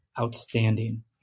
outstanding